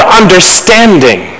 understanding